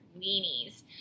weenies